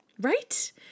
Right